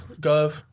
Gov